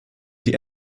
die